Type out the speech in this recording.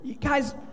guys